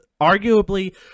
arguably